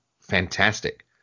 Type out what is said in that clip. fantastic